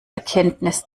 erkenntnis